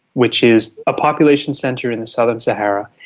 which is a population centre in the southern sahara,